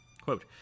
Quote